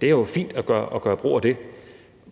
Det er jo fint at gøre brug af det.